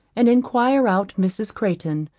and enquire out mrs. crayton,